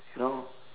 you know